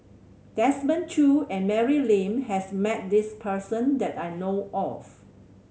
Desmond Choo and Mary Lim has met this person that I know of